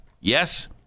Yes